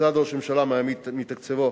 משרד ראש הממשלה מעמיד מתקציבו